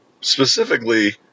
Specifically